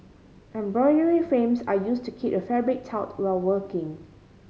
embroidery frames are used to keep the fabric taut while working